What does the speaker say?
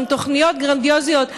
עם תוכניות גרנדיוזיות.